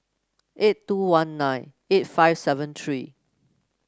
eight two one nine eight five seven three